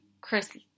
Chris